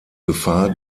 gefahr